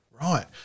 Right